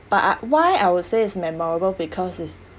but I why I would say it's memorable because it's